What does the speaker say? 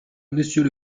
monsieur